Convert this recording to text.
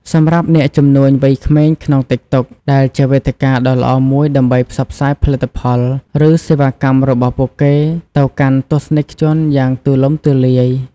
សម្រាប់អ្នកជំនួញវ័យក្មេងក្នុងតិកតុកដែលជាវេទិកាដ៏ល្អមួយដើម្បីផ្សព្វផ្សាយផលិតផល ឬសេវាកម្មរបស់ពួកគេទៅកាន់ទស្សនិកជនយ៉ាងទូលំទូលាយ។